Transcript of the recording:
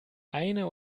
eine